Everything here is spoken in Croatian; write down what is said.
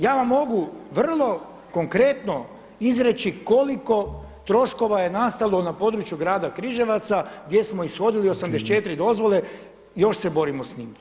Ja vam mogu vrlo konkretno izreći koliko troškova je nastalo na području grada Križevaca gdje smo ishodili 84 dozvole, još se borimo sa njima.